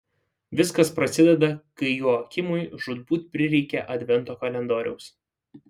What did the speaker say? viskas prasideda kai joakimui žūtbūt prireikia advento kalendoriaus